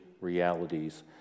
realities